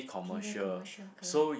filler commercial correct